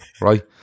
right